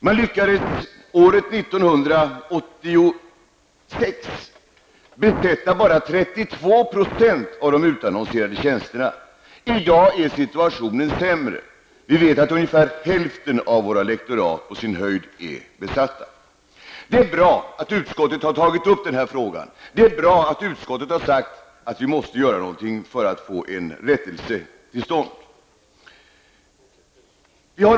Man lyckades året 1986 besätta bara 32 % av de utannonserade tjänsterna. I dag är situationen sämre. Vi vet att på sin höjd ungefär hälften av våra lektorat är besatta. Det är bra att utskottet nu har tagit upp frågan. Det är bra att utskottet har sagt att vi måste göra någonting för att få en rättelse till stånd.